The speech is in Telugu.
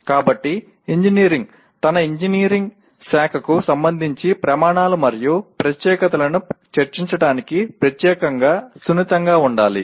కాబట్టి విద్యార్థి తన ఇంజనీరింగ్ శాఖకు సంబంధించి ప్రమాణాలు మరియు ప్రత్యేకతలను చర్చించడానికి ప్రత్యేకంగా సున్నితంగా ఉండాలి